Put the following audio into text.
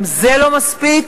גם זה לא מספיק,